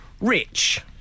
rich